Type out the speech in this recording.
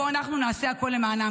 בואו אנחנו נעשה הכול למענם.